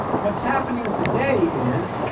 what's happening today is